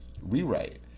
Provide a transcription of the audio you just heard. rewrite